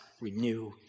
renew